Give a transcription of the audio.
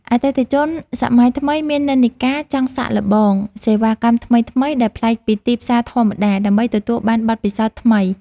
អតិថិជនសម័យថ្មីមាននិន្នាការចង់សាកល្បងសេវាកម្មថ្មីៗដែលប្លែកពីទីផ្សារធម្មតា ដើម្បីទទួលបានបទពិសោធន៍ថ្មី។